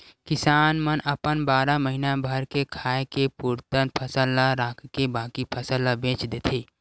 किसान मन अपन बारा महीना भर के खाए के पुरतन फसल ल राखके बाकी फसल ल बेच देथे